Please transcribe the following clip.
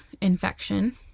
infection